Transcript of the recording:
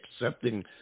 accepting